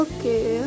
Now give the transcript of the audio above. Okay